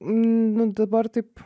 nu dabar taip